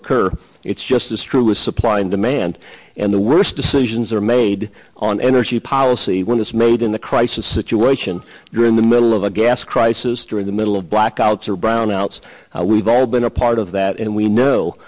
occur it's just as true as supply and demand and the worst decisions are made on energy policy when it's made in the crisis situation you're in the middle of a gas crisis during the middle of blackouts or brownouts we've all been a part of that and we know